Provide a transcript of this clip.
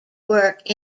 work